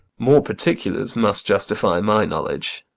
more particulars must justify my knowledge.